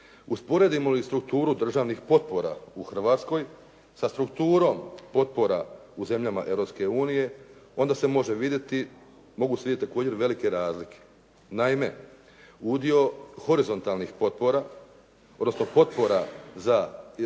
Usporedimo li strukturu državnih potpora u Hrvatskoj sa strukturom potpora u zemljama Europske unije, onda se mogu vidjeti također velike razlike. Naime, udio horizontalnih potpora, odnosno potpora za